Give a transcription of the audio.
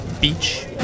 beach